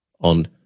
on